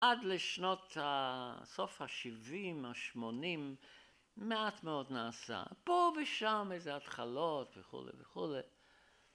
עד לשנות... סוף השבעים, השמונים, מעט מאוד נעשה. פה ושם איזה התחלות וכולי וכולי